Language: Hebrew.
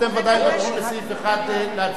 אתם ודאי מבקשים על סעיף 11 להצביע.